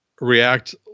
react